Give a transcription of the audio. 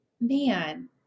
man